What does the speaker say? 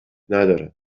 ندارد